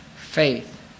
faith